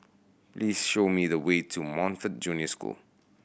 please show me the way to Montfort Junior School